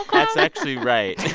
that's actually right